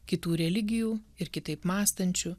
kitų religijų ir kitaip mąstančių